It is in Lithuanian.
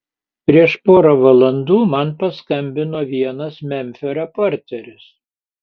prieš porą valandų man paskambino vienas memfio reporteris